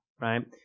Right